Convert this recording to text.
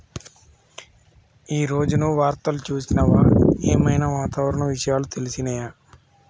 ఈ రోజు నువ్వు వార్తలు చూసినవా? ఏం ఐనా వాతావరణ విషయాలు తెలిసినయా?